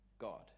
God